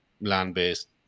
land-based